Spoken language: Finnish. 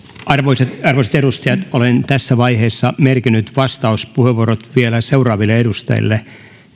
arvoisat arvoisat edustajat olen tässä vaiheessa merkinnyt vastauspuheenvuorot vielä seuraaville edustajille